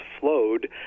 flowed